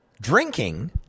drinking